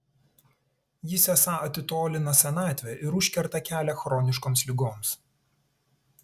jis esą atitolina senatvę ir užkerta kelią chroniškoms ligoms